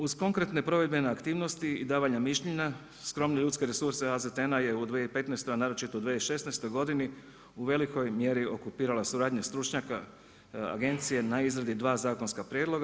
Uz konkretne provedbene aktivnosti i davanja mišljenja skromne ljudske resurse AZTN-a je u 2015. a naročito u 2016. godini u velikoj mjeri okupirala suradnja stručnjaka agencije na izradi 2 zakonska prijedloga.